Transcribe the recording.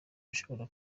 ashobora